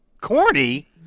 Corny